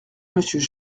monsieur